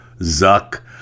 Zuck